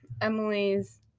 Emily's